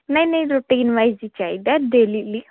ਨਹੀਂ ਨਹੀਂ routine wise ਹੀ ਚਾਹੀਦਾ ਡੇਲੀ ਲਈ